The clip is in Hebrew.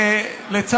הלוואי, הלוואי.